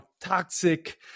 toxic